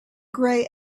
grey